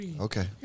Okay